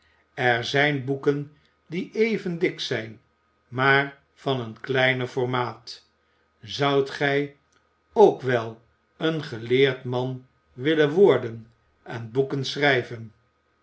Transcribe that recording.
er zijn boeken die even dik zijn maar van een kleiner formaat zoudt gij ook wel een geleerd man willen worden en boeken schrijven